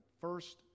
first